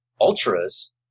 Ultras